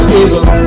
evil